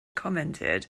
commented